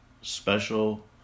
special